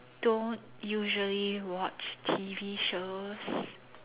don't usually watch T_V shows